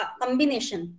combination